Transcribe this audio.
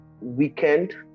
weekend